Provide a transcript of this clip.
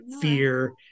fear